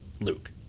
Luke